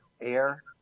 air